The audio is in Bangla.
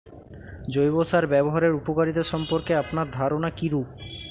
জৈব সার ব্যাবহারের উপকারিতা সম্পর্কে আপনার ধারনা কীরূপ?